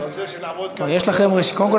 קודם כול,